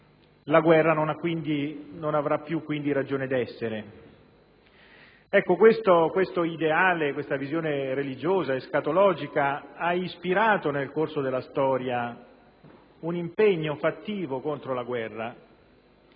la guerra non avrà più quindi ragione d'essere. Ebbene, questo ideale, questa visione religiosa escatologica ha ispirato nel corso della storia un impegno fattivo contro la guerra.